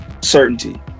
certainty